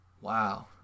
Wow